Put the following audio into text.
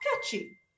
catchy